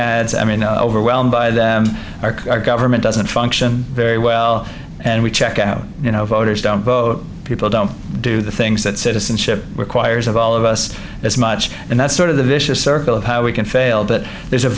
ads i mean overwhelmed by the arc our government doesn't function very well and we check out you know voters don't vote people don't do the things that citizenship requires of all of us as much and that's sort of the vicious circle of how we can fail that there's a